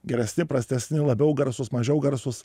geresni prastesni labiau garsūs mažiau garsūs